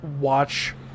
watch